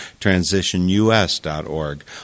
TransitionUS.org